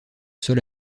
sol